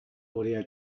audio